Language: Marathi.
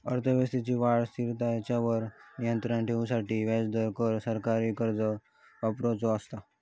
अर्थव्यवस्थेची वाढ, स्थिरता हेंच्यावर नियंत्राण ठेवूसाठी व्याजदर, कर, सरकारी खर्च वापरुचो असता